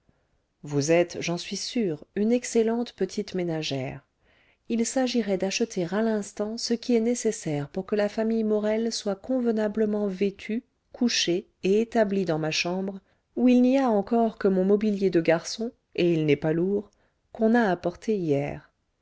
vous êtes j'en suis sûr une excellente petite ménagère il s'agirait d'acheter à l'instant ce qui est nécessaire pour que la famille morel soit convenablement vêtue couchée et établie dans ma chambre où il n'y a encore que mon mobilier de garçon et il n'est pas lourd qu'on a apporté hier